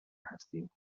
هستیم